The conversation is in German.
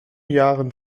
jahren